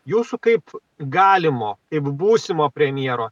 jūsų kaip galimo būsimo premjero